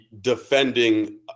defending